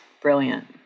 brilliant